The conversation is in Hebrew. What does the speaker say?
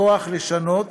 הכוח לשנות,